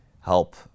help